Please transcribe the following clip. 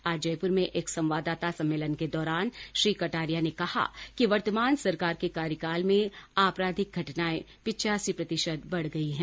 आज जयपुर में एक संवाददाता सम्मेलन के दौरान श्री कटारिया ने कहा कि वर्तमान सरकार के कार्यकाल में आपराधिक घटनाऐं पिच्यासी प्रतिशत बढ गई हैं